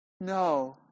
No